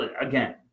Again